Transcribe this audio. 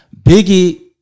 Biggie